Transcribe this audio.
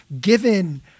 given